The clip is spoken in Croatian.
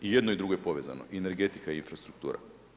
I i jedno i drugo je povezano i energetika i infrastruktura.